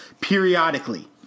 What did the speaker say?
periodically